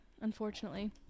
unfortunately